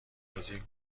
بازی